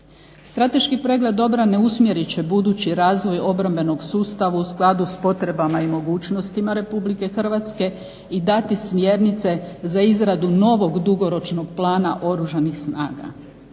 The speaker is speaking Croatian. Strateški pregled obrane usmjerit će budući razvoj obrambenog sustava u skladu s potrebama i mogućnostima RH i dati smjernice za izradu novog dugoročnog plana Oružanih snaga.